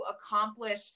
accomplish